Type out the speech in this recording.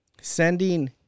sending